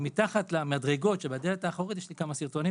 ומתחת למדרגות של הדלת האחורית יש לי פה כמה סרטונים,